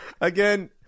Again